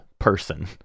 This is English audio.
Person